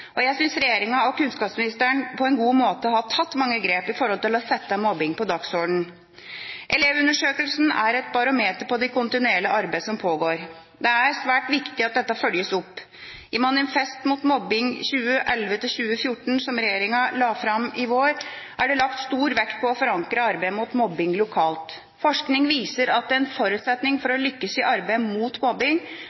og jeg syns at regjeringa og kunnskapsministeren på en god måte har tatt mange grep i forhold til å sette mobbing på dagsordenen. Elevundersøkelsene er et barometer på det kontinuerlige arbeidet som pågår. Det er svært viktig at dette følges opp. I Manifest mot mobbing 2011–2014, som regjeringa la fram i vår, er det lagt stor vekt på å forankre arbeidet mot mobbing lokalt. Forskning viser at en forutsetning for